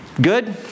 Good